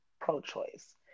pro-choice